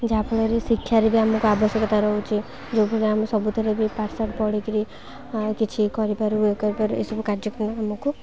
ଯାହାଫଳରେ ଶିକ୍ଷାରେ ବି ଆମକୁ ଆବଶ୍ୟକତା ରହୁଛି ଯୋଉଥିରେ ଆମେ ସବୁଥିରେ ବି ପାଠସାଠ ପଢ଼ିକିରି କିଛି କରିପାରୁ ୟେ କରିପାରୁ ଏସବୁ କାର୍ଯ୍ୟକ୍ରମ ଆମକୁ